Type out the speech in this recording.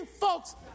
folks